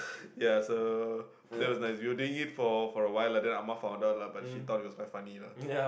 ya so that was nice we were doing it for for awhile then ah ma found out lah but she thought it was quite funny lah